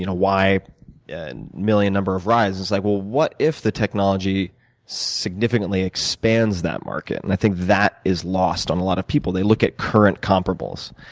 you know y and million number of rides. it's like, well, what if the technology significantly expands that market? and i think that is lost on a lot of people they look at current comparable,